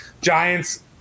Giants